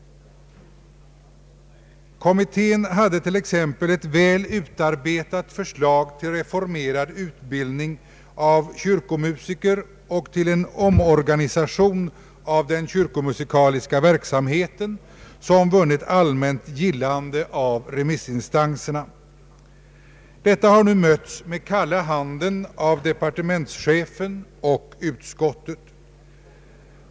Kommittén hade t.ex. ett väl utarbetat förslag till reformerad utbildning av kyrkomusiker och till en omorganisation av den kyrkomusikaliska verksamheten som har vunnit allmänt gillande av remissinstanserna. Detta förslag har nu mötts med kalla handen av departementschefen och utskottet.